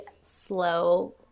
slow